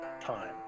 time